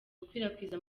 gukwirakwiza